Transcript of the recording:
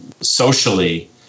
socially